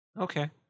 Okay